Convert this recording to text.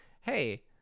hey